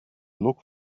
look